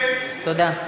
תודה.